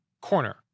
corner